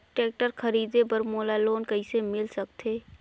Tractor खरीदे बर मोला लोन कइसे मिल सकथे?